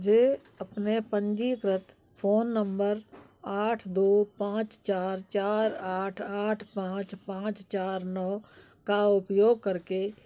मुझे अपने पंजीकृत फोन नम्बर आठ दो पाँच चार चार आठ आठ पाँच पाँच चार नौ का उपयोग करके